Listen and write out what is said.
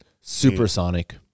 Supersonic